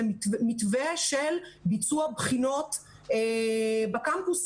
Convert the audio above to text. מתווה של ביצוע בחינות בקמפוסים.